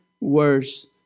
worse